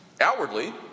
Outwardly